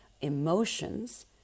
emotions